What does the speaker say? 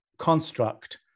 construct